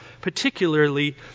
particularly